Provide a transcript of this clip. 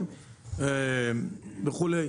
וכו'.